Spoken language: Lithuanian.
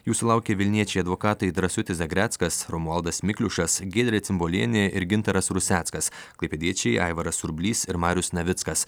jų sulaukė vilniečiai advokatai drąsutis zagreckas romualdas mikliušas giedrė cimbolienė ir gintaras ruseckas klaipėdiečiai aivaras surblys ir marius navickas